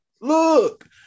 Look